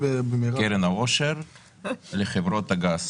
לקרן העושר מחברות הגז.